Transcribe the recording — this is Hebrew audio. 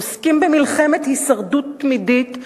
עוסקים במלחמת הישרדות תמידית,